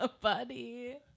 Buddy